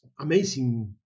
amazing